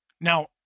Now